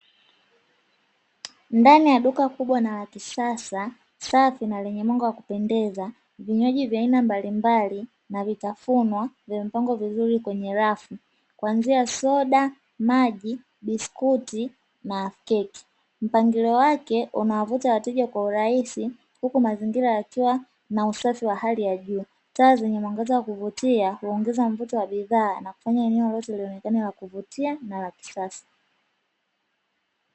Ndani ya duka kubwa na la kisasa, safi na la akupendeza vinywaji vya aina mbalimbali na vitafunwa vya mipango vizuri kwenye rafu kuanzia soda, maji, biskuti na keki mpangilio wake unawavuta wateja kwa urahisi huko mazingira yakiwa na usafi wa hali ya juu. Taa zenye mwangaza wa kuvutia huongeza mvuto wa bidhaa na kufanya eneo lote lilionekana la kuvutia na la kisasa.